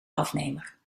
afnemer